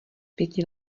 pěti